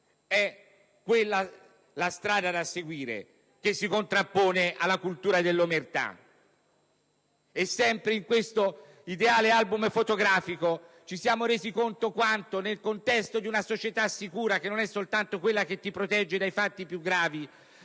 è la strada da seguire, perché si contrappone alla cultura dell'omertà. Sempre in questo ideale album fotografico, ci siamo resi conto quanto, nel contesto di una società sicura, che non è soltanto quella che protegge dai fatti più gravi,